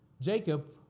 Jacob